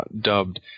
dubbed